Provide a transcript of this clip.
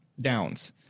downs